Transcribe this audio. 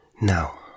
Now